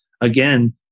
again